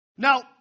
Now